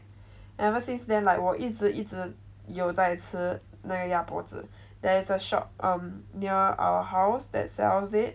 ever since then like 我一直一直有在吃那个鸭脖子 there is a shop um near our house that sells it